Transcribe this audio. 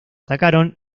atacaron